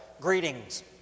greetings